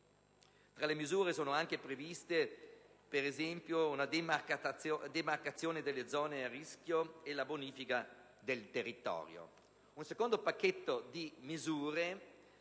Tra le misure sono anche previste una demarcazione delle zone a rischio e la bonifica del territorio.